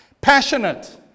Passionate